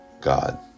God